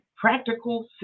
practical